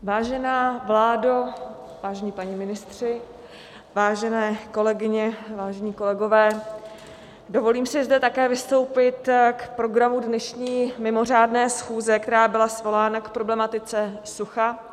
Vážená vládo, vážení páni ministři, vážené kolegyně, vážení kolegové, dovolím si zde také vystoupit k programu dnešní mimořádné schůze, která byla svolána k problematice sucha.